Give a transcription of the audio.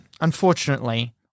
unfortunately